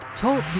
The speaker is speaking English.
Talk